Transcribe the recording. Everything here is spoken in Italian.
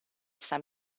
san